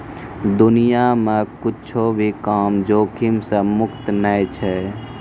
दुनिया मे कुच्छो भी काम जोखिम से मुक्त नै छै